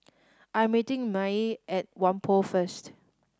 I'm meeting Mae at Whampoa first